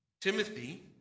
Timothy